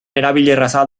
erabilerraza